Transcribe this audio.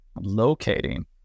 Locating